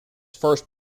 first